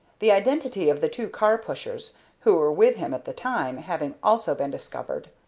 the identity of the two car-pushers who were with him at the time having also been discovered,